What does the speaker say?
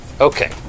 Okay